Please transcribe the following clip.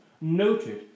noted